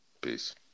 peace